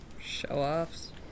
Show-offs